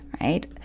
right